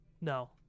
No